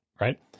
right